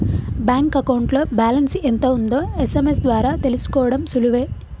bank అకౌంట్లో balance ఎంత ఉందో ఎస్.ఎం.ఎస్ ద్వారా తెలుసుకోడం సులువే